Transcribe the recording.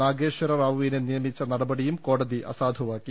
നാഗേശ്വര റാവുവിനെ നിയമിച്ച നടപടിയും കോടതി അസാ ധുവാക്കി